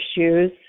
issues